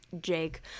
Jake